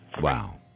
Wow